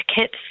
kits